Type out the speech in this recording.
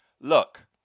look